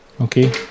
Okay